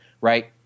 right